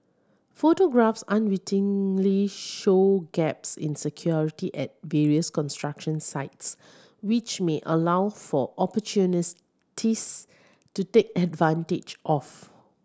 photographs unwittingly show gaps in security at various construction sites which may allow for to take advantage of